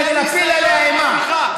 כדי להפיל עליה אימה.